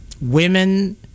Women